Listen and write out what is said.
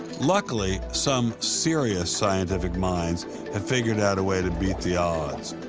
luckily, some serious scientific minds have figured out a way to beat the odds.